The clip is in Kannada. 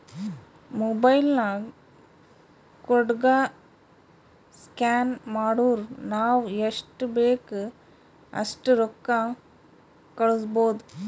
ಮೊಬೈಲ್ ನಾಗ್ ಕೋಡ್ಗ ಸ್ಕ್ಯಾನ್ ಮಾಡುರ್ ನಾವ್ ಎಸ್ಟ್ ಬೇಕ್ ಅಸ್ಟ್ ರೊಕ್ಕಾ ಕಳುಸ್ಬೋದ್